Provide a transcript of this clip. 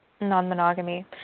non-monogamy